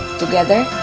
together,